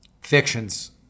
fiction's